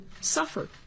suffered